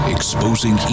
Exposing